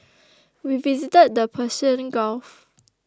we visited the Persian Gulf